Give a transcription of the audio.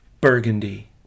Burgundy